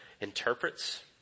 interprets